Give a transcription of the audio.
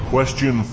Question